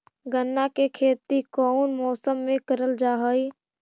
गन्ना के खेती कोउन मौसम मे करल जा हई?